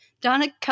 Donna